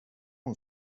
hon